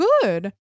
good